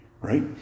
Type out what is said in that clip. Right